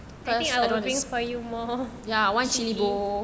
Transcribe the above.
I think I will bring you more chili